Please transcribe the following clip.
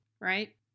right